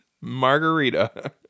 margarita